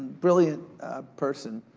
brilliant person,